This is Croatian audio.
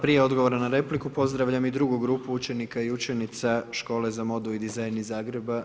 Prije odgovora na repliku pozdravljam i drugu grupu učenika i učenica Škole za modu i dizajn iz Zagreba.